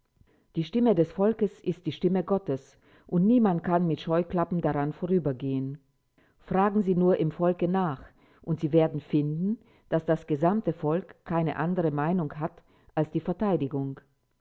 die stimme des volkes ist die stimme gottes und niemand kann mit scheuklappen daran vorübergehen fragen sie nur im volke nach und sie werden finden daß das gesamte volk keine andere meinung hat als die verteidigung